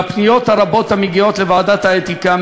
והפניות הרבות המגיעות לוועדת האתיקה,